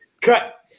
Cut